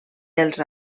dels